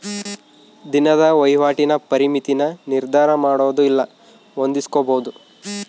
ದಿನದ ವಹಿವಾಟಿನ ಪರಿಮಿತಿನ ನಿರ್ಧರಮಾಡೊದು ಇಲ್ಲ ಹೊಂದಿಸ್ಕೊಂಬದು